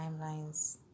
timelines